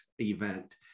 event